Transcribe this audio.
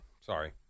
sorry